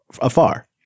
afar